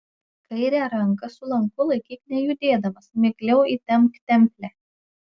kairę ranką su lanku laikyk nejudėdamas mikliau įtempk templę